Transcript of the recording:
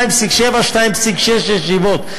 2.7, 2.6 ישיבות.